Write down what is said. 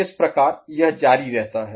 इस प्रकार यह जारी रहता है